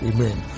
Amen